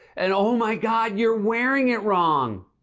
and, oh, my god, you're wearing it wrong.